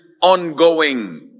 ongoing